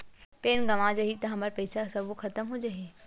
Pan गंवा जाही हमर पईसा सबो खतम हो जाही?